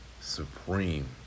supreme